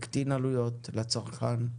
זה הקטין עלויות לצרכן?